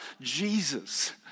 Jesus